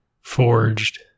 forged